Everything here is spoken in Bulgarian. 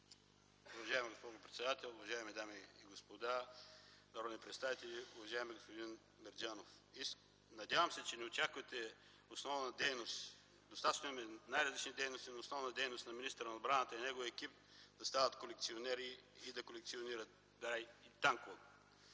Уважаема госпожо председател, уважаеми дами и господа народни представители. Уважаеми господин Мерджанов, надявам се, че не очаквате основна дейност – ние имаме много дейности, но основна дейност на министъра на отбраната и неговия екип да станат колекционери и да колекционират танкове.